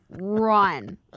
run